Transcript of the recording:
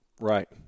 Right